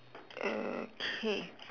okay